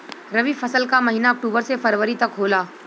रवी फसल क महिना अक्टूबर से फरवरी तक होला